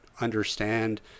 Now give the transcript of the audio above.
understand